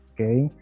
okay